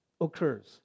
occurs